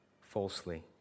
falsely